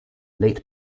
late